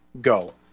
go